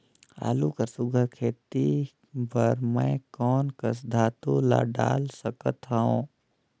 आलू कर सुघ्घर खेती बर मैं कोन कस खातु ला डाल सकत हाव?